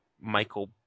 Michael